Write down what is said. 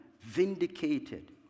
vindicated